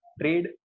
trade